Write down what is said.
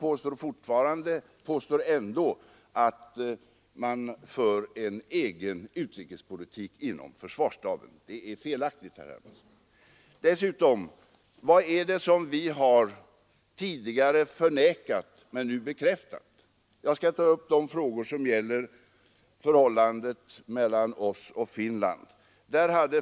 Herr Hermansson påstod ändå att man för en egen utrikespolitik inom försvarsstaben. Det är felaktigt, herr Hermansson. För det andra: Vad är det som vi tidigare förnekat men nu bekräftat? Jag skall ta upp de frågor som gäller förhållandet mellan oss och Finland.